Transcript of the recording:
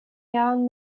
jahren